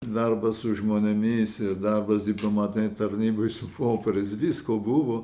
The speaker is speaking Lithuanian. darbas su žmonėmis ir darbas diplomatinėj tarnyboj su popieriais visko buvo